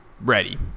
ready